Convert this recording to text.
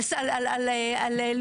אעשה בתמצית.